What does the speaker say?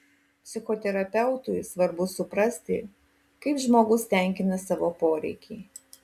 psichoterapeutui svarbu suprasti kaip žmogus tenkina savo poreikį